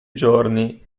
giorni